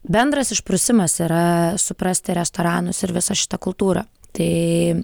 bendras išprusimas yra suprasti restoranus ir visą šitą kultūrą tai